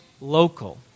local